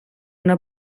una